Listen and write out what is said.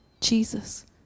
Jesus